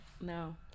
No